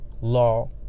law